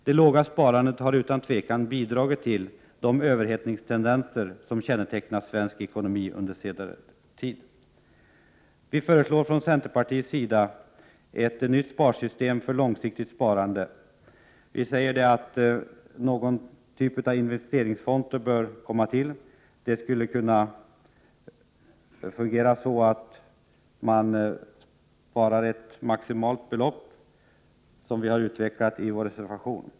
Det låga sparandet har utan tvivel bidragit till de överhettningstendenser som kännetecknat svensk ekonomi under senare tid. Vi i centerpartiet föreslår ett nytt sparsystem för långsiktigt sparande. Vi anser att en typ av investeringskonto bör införas. Det skulle kunna fungera så att man sparar ett maximalt belopp — vi har utvecklat detta i vår reservation.